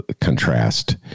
contrast